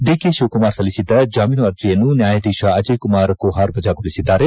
DK Shivakumar ಸಲ್ಲಿಸಿದ್ದ ಜಾಮೀನು ಅರ್ಜೆಯನ್ನು ನ್ನಾಯಾಧೀಶ ಅಜಯ್ ಕುಮಾರ್ ಕುಹಾರ್ ವಜಾಗೊಳಿಸಿದ್ದಾರೆ